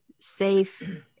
safe